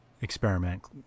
experiment